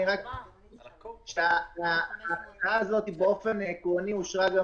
אני רק אומר שהקצאה הזאת באופן עקרוני אושרה גם